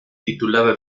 titulada